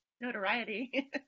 notoriety